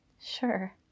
Sure